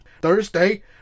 Thursday